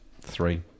Three